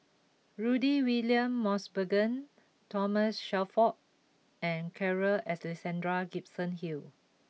Rudy William Mosbergen Thomas Shelford and Carl Alexander Gibson Hill